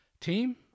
Team